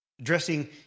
addressing